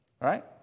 Right